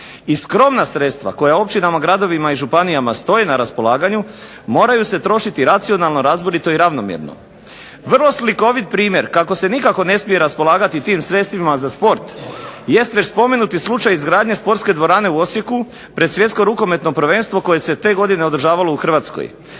I skromna sredstva koja općinama, gradovima i županijama stoji na raspolaganju moraju se trošiti racionalno, razborito i ravnomjerno. Vrlo slikovit primjer kako se nikako ne smije raspolagati tim sredstvima za sport jest već spomenuti slučaj izgradnje sportske dvorane u Osijeku pred Svjetsko rukometno prvenstvo koje se te godine održavalo u Hrvatskoj.